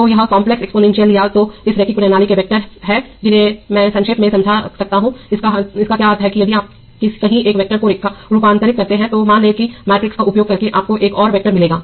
तो यह complex exponential या तो इस रैखिक प्रणालियों के वैक्टर हैं जिन्हें मैं संक्षेप में समझा सकता हूं इसका क्या अर्थ है कि यदि आप कहीं एक वेक्टर को रूपांतरित करते हैं तो मान लें कि मैट्रिक्स का उपयोग करके आपको एक और वेक्टर मिलेगा